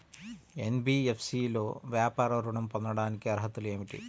NBFC లో వ్యాపార ఋణం పొందటానికి అర్హతలు ఏమిటీ?